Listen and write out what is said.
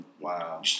wow